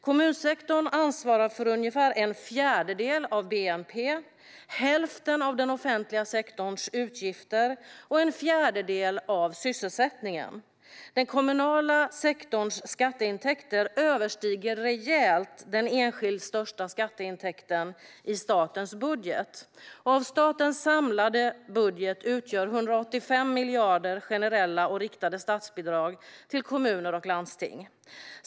Kommunsektorn svarar för ungefär en fjärdedel av bnp, hälften av den offentliga sektorns utgifter och en fjärdedel av sysselsättningen. Den kommunala sektorns skatteintäkter överstiger rejält den enskilt största skatteintäkten i statens budget. Av statens samlade budget utgör 185 miljarder generella och riktade statsbidrag till kommuner och landsting.